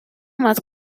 más